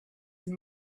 and